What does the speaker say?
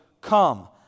Come